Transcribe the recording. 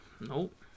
Nope